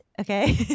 Okay